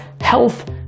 health